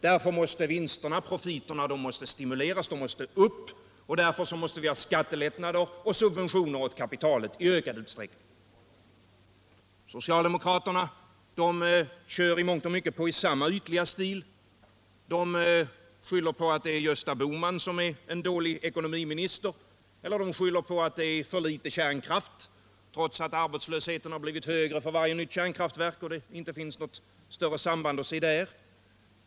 Därför måste profiterna höjas, och vi måste i ökad utsträckning få skattelättnader och subventioner åt kapitalet. Socialdemokraterna kör i mångt och mycket på i samma ytliga stil. De skyller på att Gösta Bohman är en dålig ekonomiminister eller på att vi har för litet kärnkraft, trots att arbetslösheten har blivit högre för varje nytt kärnkraftverk. Det finns inte något större samband på den punkten.